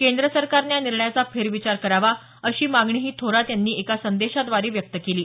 केंद्र सरकारनं या निर्णयाचा फेरविचार करावा अशी मागणीही थोरात यांनी एका संदेशाद्वारे व्यक्त केली आहे